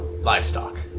livestock